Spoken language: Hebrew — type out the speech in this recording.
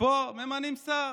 ופה ממנים שר,